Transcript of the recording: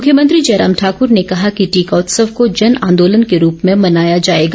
मुख्यमंत्री जयराम ठाकुर ने कहा कि टीका उत्सव को जन आंदोलन के रूप में मनाया जाएगा